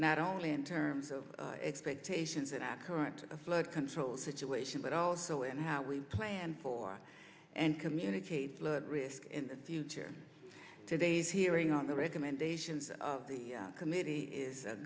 not only in terms of expectations that our current flood control situation but also and how we plan for and communicate risk in the future today's hearing on the recommendations of the committee is a